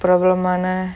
பிரபலமான:pirabalamaana